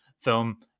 film